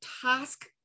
task